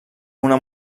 una